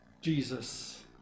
Jesus